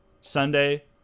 Sunday